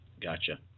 Gotcha